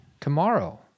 tomorrow